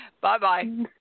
Bye-bye